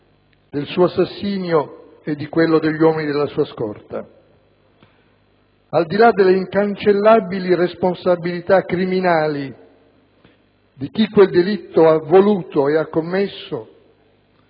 del suo assassinio e di quello degli uomini della sua scorta. Al di là delle incancellabili responsabilità criminali di chi quel delitto ha voluto e commesso